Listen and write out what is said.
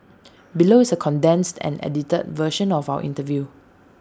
below is A condensed and edited version of our interview